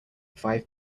five